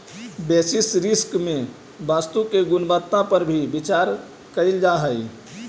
basis risk में वस्तु के गुणवत्ता पर भी विचार कईल जा हई